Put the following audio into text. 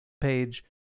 page